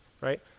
Right